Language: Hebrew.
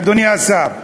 אדוני השר.